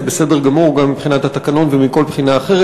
זה בסדר גמור, גם מבחינת התקנון ומכל בחינה אחרת.